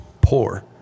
poor